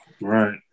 Right